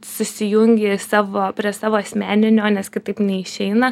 susijungi savo prie savo asmeninio nes kitaip neišeina